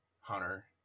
hunter